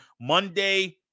Monday